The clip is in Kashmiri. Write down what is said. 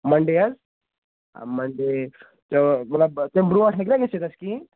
مَنڈے حظ منڈے چلو مطلب تَمہِ برونٹھ ہٮ۪کہِ نہ گٔژھِتھ اسہِ کِہیٖنۍ